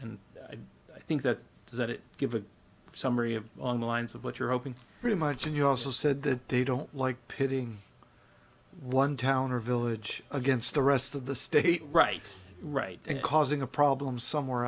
and i think that does that give a summary of the lines of what you're hoping very much and you also said that they don't like pitting one town or village against the rest of the state right right and causing a problem somewhere